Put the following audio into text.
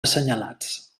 assenyalats